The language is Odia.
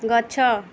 ଗଛ